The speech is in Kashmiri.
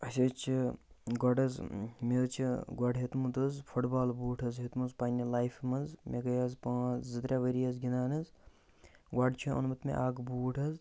اسہِ حظ چھُ گۄڈٕ حظ مےٚ حظ چھُ گۄڈٕ ہیٛوتمُت حظ فُٹبال بوٗٹھ حظ ہیٛوتمُت پَننہِ لایِفہِ مَنٛز مےٚ گٔے آز پانٛژھ زٕ ترٛےٚ ؤری حظ گِنٛدان حظ گۄڈ چھُ اوٚنمُت مےٚ اَکھ بوٗٹھ حظ